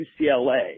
UCLA